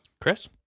Chris